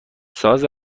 ساز